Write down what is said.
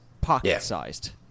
pocket-sized